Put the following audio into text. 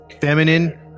feminine